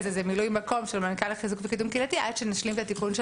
זה מילוי מקום של המנכ"ל לחיזוק ולקידום קהילתי עד שנשלים את התיקון של